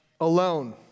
alone